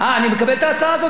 אנחנו נדון, אין בעיה.